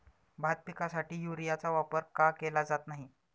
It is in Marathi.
भात पिकासाठी युरियाचा वापर का केला जात नाही?